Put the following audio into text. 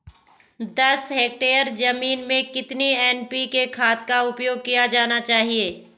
दस हेक्टेयर जमीन में कितनी एन.पी.के खाद का उपयोग किया जाना चाहिए?